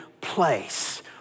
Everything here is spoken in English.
place